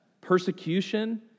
persecution